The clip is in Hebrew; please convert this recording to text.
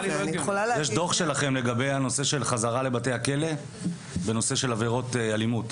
יש דוח שלכם לגבי הנושא של חזרה לבתי הכלא בנושא של עבירות אלימות?